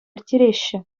ирттереҫҫӗ